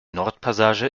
nordpassage